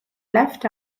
left